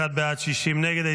51 בעד, 60 נגד.